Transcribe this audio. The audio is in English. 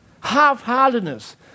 half-heartedness